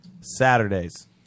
Saturdays